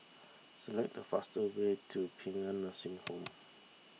select the fastest way to Paean Nursing Home